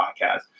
podcast